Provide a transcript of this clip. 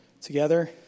together